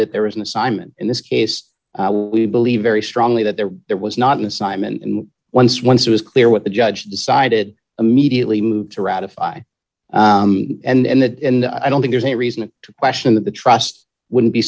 that there is an assignment in this case we believe very strongly that there there was not an assignment and once once it was clear what the judge decided immediately moved to ratify and that and i don't think there's any reason to question that the trust wouldn't be